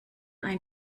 ein